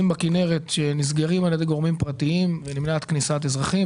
בכינרת על ידי גורמים פרטיים שמונעים כניסת אזרחים,